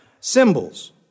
symbols